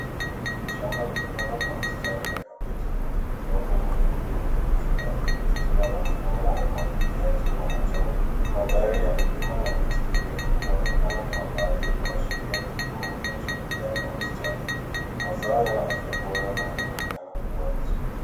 Shamba limepandwa kwa mistari ya kabeji kwenye udongo mwekundu wenye rutuba ikiwa na mfumo wa umwagiliaji wa matone. Mandhari ya milima na miti mirefu kuonekana kwa mbali kuashiria kilimo kinachoedelea kwa ustadi. Mazao yana afya bora na yanaonekana kukua vizuri.